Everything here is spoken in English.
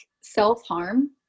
self-harm